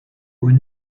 haut